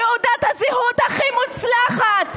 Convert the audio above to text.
תעודת הזהות הכי מוצלחת,